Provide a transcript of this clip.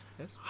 yes